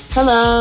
Hello